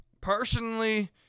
Personally